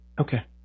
Okay